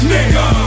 Nigga